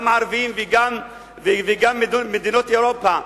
גם הערבים וגם מדינות אירופה,